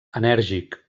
enèrgic